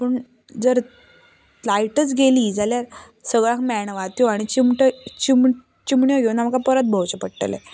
पूण जर लायटच गेली जाल्यार सगळ्यांक मेणवात्यो आनी चिमटो चिमण्यो घेवन आमकां परत भोंवचें पडटलें